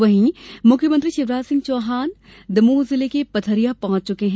वहीं मुख्यमंत्री शिवराज सिंह चौहान दमोह जिले के पथरिया पहुंच चुके हैं